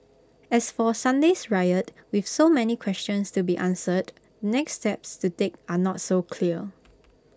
as for Sunday's riot with so many questions to be answered the next steps to take are not so clear